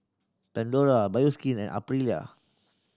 Pandora Bioskin and Aprilia